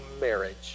marriage